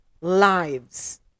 lives